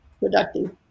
productive